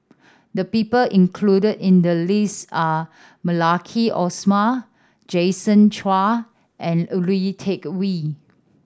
the people included in the list are Maliki Osman Jason Chan and Lui Tuck Yew